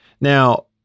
Now